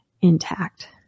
intact